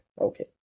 okay